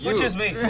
um choose me.